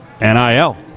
NIL